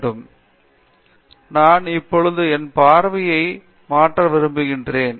பேராசிரியர் பிரதாப் ஹரிதாஸ் நான் இப்பொழுது என் பார்வையை மாற்ற விரும்புகிறேன்